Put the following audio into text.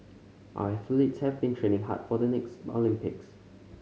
our athletes have been training hard for the next Olympics